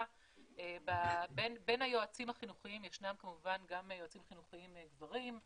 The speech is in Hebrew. - בין היועצים החינוכיים יש גם יועצים חינוכיים גברים,